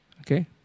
Okay